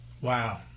Wow